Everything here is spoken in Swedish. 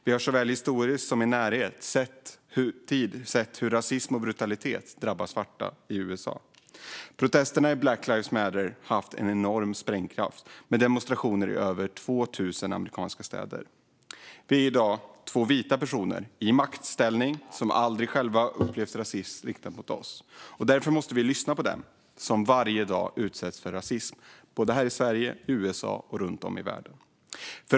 Vi har såväl historiskt som i närtid sett hur rasism och brutalitet drabbar svarta i USA. Black lives matter-protesterna har haft en enorm sprängkraft med demonstrationer i över 2 000 amerikanska städer. Vi är två vita personer i maktställning som aldrig själva har upplevt rasism riktad mot oss. Det är därför vi måste lyssna på dem som varje dag utsätts för rasism såväl i Sverige som i USA och runt om i världen.